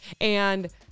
and-